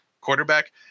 quarterback